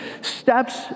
steps